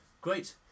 Great